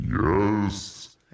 yes